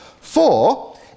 Four